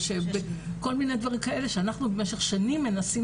כל מיני דברים כאלה שאנחנו במשך שנים מנסים